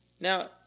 Now